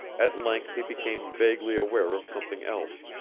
at length he became vaguely aware of something else.